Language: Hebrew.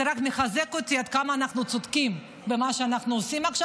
זה רק מחזק אותי עד כמה אנחנו צודקים במה שאנחנו עושים עכשיו.